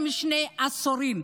שני עשורים.